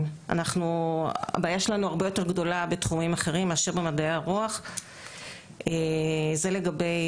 על החינוך במדעי הרוח ברמה